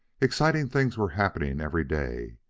exciting things were happening every day,